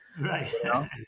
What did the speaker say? Right